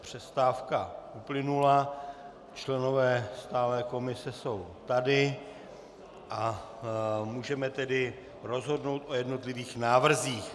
Přestávka uplynula, členové stálé komise jsou tady, a můžeme tedy rozhodnout o jednotlivých návrzích.